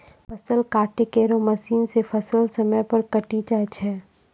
फसल काटै केरो मसीन सें फसल समय पर कटी जाय छै